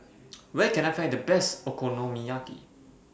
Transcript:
Where Can I Find The Best Okonomiyaki